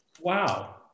Wow